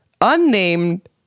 Unnamed